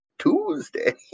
Tuesday